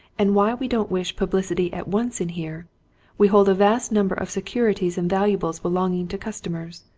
and why we don't wish publicity at once in here we hold a vast number of securities and valuables belonging to customers.